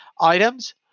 items